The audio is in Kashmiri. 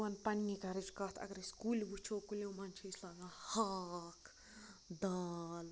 بہٕ وَنہٕ پَنٕنہِ گَرٕچ کَتھ اگر أسۍ کُلۍ وُچھو کُلٮ۪و مَنٛز چھِ أسۍ لاگان ہاکھ دال